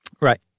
Right